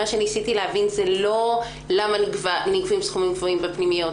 מה שניסיתי להבין זה לא למה נגבים סכומים גבוהים בפנימיות,